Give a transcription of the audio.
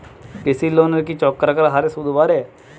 কৃষি লোনের কি চক্রাকার হারে সুদ বাড়ে?